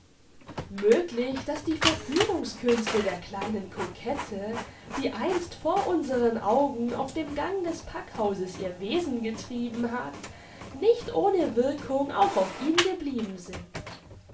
möglich daß die verführungskünste der kleinen kokette die einst vor unseren augen auf dem gang des packhauses ihr wesen getrieben hat nicht ohne wirkung auch auf ihn geblieben sind